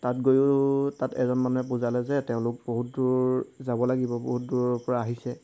তাত গৈয়ো তাত এজন মানুহে বুজালে যে তেওঁলোক বহুত দূৰ যাব লাগিব বহুত দূৰৰপৰা আহিছে